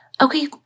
Okay